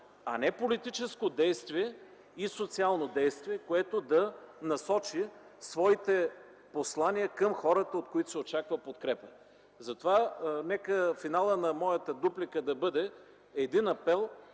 а не политическо и социално действие, което да насочи своите послания към хората, от които се очаква подкрепа. Затова нека финалът на моята дуплика да бъде един апел,